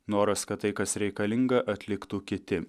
noras kad tai kas reikalinga atliktų kiti